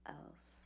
else